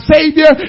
Savior